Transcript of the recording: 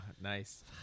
Nice